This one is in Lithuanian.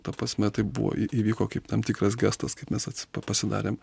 ta prasme tai buvo įvyko kaip tam tikras gestas kaip mes atsi pasidarėm